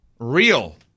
Real